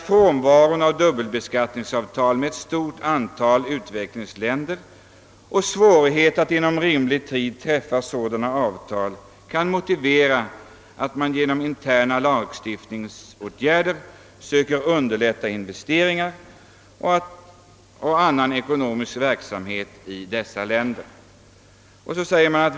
Frånvaron av dubbelbeskattningsavtal med ett stort antal utvecklingsländer och svårigheten att inom rimlig tid träffa sådana avtal kan motivera att man genom interna lagstiftningsåtgärder söker underlätta investeringar och annan ekonomisk verksamhet i dessa länder.